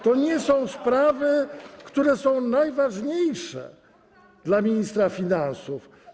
To nie są sprawy, które są najważniejsze dla ministra finansów.